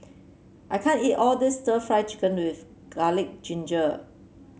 I can't eat all this stir Fry Chicken with curry ginger